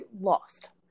lost